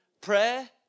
Prayer